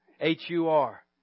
H-U-R